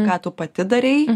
ką tu pati darei